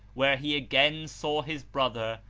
where he again saw his brother,